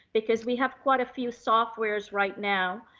because we have quite a few softwares right now.